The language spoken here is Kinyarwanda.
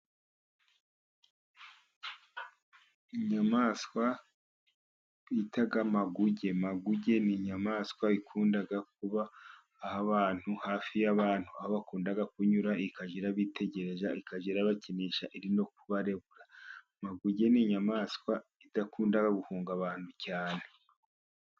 Inyamaswa bita maguge, maguge ni inyamaswa ikunda kuba hafi y'abantu aho bakunda kunyura, ikajya ibitegereza ikajya ibakinisha iri no kubarebura. Maguge ni inyamaswa idakunda guhunga abantu cyane.